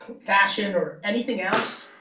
fashion or anything else?